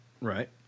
Right